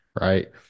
right